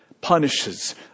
punishes